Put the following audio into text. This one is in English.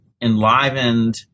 enlivened